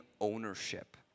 ownership